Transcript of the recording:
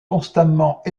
constamment